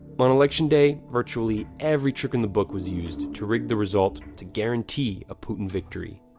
on election day, virtually every trick in the book was used to rig the result to guarantee a putin victory.